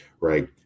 right